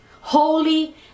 holy